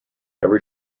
every